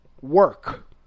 work